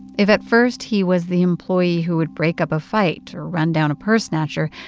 if at first he was the employee who would break up a fight or run down a purse snatcher,